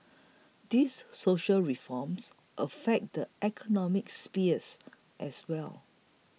these social reforms affect the economic spheres as well